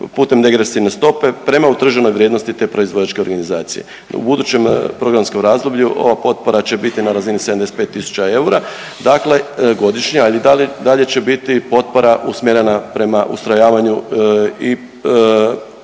putem degresivne stope prema utrženoj vrijednosti te proizvođačke organizacije. U budućem programskom razdoblju ova potpora će biti na razini 75000 eura, dakle godišnje ali i dalje će biti potpora usmjerena prema ustrojavanju i start